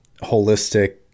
holistic